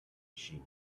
she